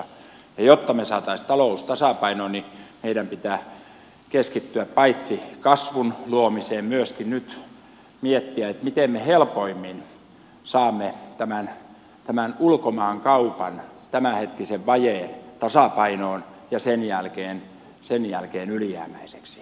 ja jotta me saisimme talouden tasapainoon meidän pitää paitsi keskittyä kasvun luomiseen myöskin nyt miettiä miten me helpoimmin saamme ulkomaankaupan tämänhetkisestä vajeesta tasapainoon ja sen jälkeen ylijäämäiseksi